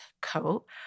coat